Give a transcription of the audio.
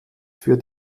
für